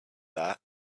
that